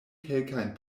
kelkajn